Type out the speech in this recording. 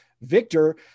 victor